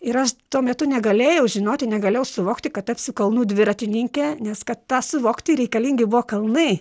ir aš tuo metu negalėjau žinoti negalėjau suvokti kad tapsiu kalnų dviratininke nes kad tą suvokti reikalingi buvo kalnai